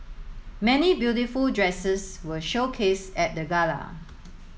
many beautiful dresses were showcased at the gala